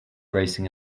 racing